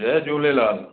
Jay Jhulelal